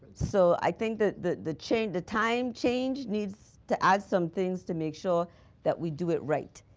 so i think that the the change the time change needs to add some things to make sure that we do it right.